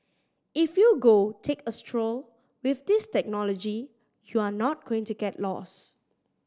if you go take a stroll with this technology you're not going to get lost